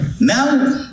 now